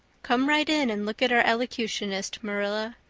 come right in and look at our elocutionist, marilla.